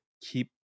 keep